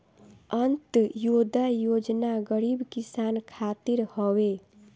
अन्त्योदय योजना गरीब किसान खातिर हवे